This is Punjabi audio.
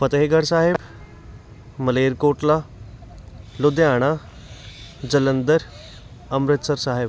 ਫਤਿਹਗੜ੍ਹ ਸਾਹਿਬ ਮਲੇਰਕੋਟਲਾ ਲੁਧਿਆਣਾ ਜਲੰਧਰ ਅੰਮ੍ਰਿਤਸਰ ਸਾਹਿਬ